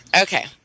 Okay